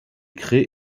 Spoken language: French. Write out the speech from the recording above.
crée